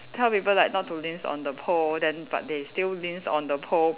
tell people that not to leans on the pole then but they still leans on the pole